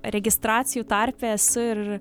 registracijų tarpe esu ir